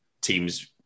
teams